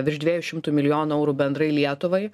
virš viejų šimtų milijonų eurų bendrai lietuvai